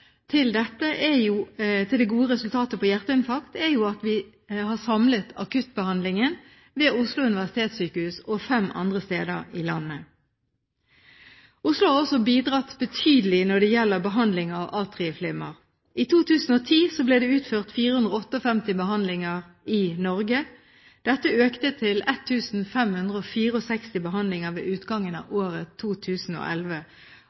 til det gode resultatet for hjerteinfarkt er at vi har samlet akuttbehandlingen ved Oslo universitetssykehus og fem andre steder i landet. Oslo har også bidratt betydelig når det gjelder behandling at atrieflimmer. I 2010 ble det utført 458 behandlinger i Norge. Dette økte til 1 564 behandlinger ved utgangen av